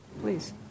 please